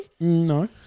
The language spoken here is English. No